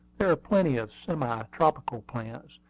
there are plenty of semi-tropical plants,